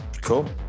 Cool